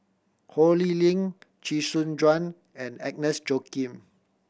Ho Lee Ling Chee Soon Juan and Agnes Joaquim